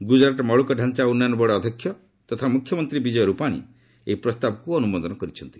ଗୁଜରାଟ ମୌଳିକ ଢାଞ୍ଚା ଉନ୍ନୟନ ବୋର୍ଡ଼ ଅଧ୍ୟକ୍ଷ ମୁଖ୍ୟମନ୍ତ୍ରୀ ବିଜୟ ରୂପାଣି ଏହି ପ୍ରସ୍ତାବକୁ ଅନୁମୋଦନ କରିଛନ୍ତି